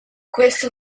queste